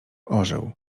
ożył